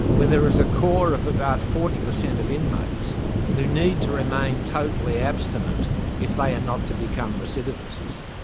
where there is a core of about forty per cent of inmates who need to remain totally abstinent if they are not to become recidivists.